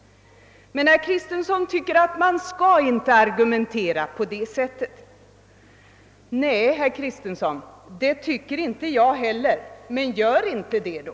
Men herr Kristenson tycker inte att man skall argumentera på det sättet. Nej, herr Kristenson, det tycker inte jag heller. Men gör inte det då.